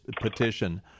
petition